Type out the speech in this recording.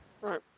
right